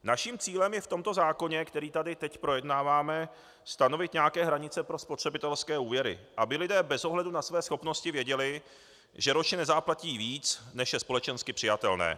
Naším cílem je v tomto zákoně, který tady teď projednáváme, stanovit nějaké hranice pro spotřebitelské úvěry, aby lidé bez ohledu na své schopnosti věděli, že ročně nezaplatí víc, než je společensky přijatelné.